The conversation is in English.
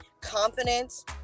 confidence